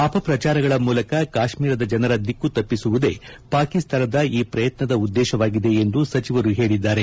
ಅಪಪ್ರಚಾರಗಳ ಮೂಲಕ ಕಾಶ್ನೀರದ ಜನರ ದಿಕ್ಕು ತಪ್ಪಿಸುವುದೇ ಪಾಕಿಸ್ತಾನದ ಈ ಪ್ರಯತ್ನದ ಉದ್ದೇಶವಾಗಿದೆ ಎಂದು ಸಚಿವರು ತಿಳಿಸಿದ್ದಾರೆ